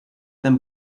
them